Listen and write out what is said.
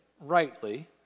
rightly